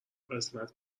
قسمت